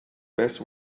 best